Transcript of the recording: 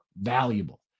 valuable